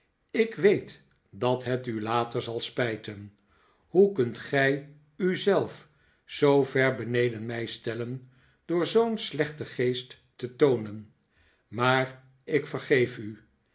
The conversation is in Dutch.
ik weet dat het u later zal spijten hoe kunt gij u zelf zoo ver beneden mij stellen door zoo'n slechten geest te toonen maar ik vergeef u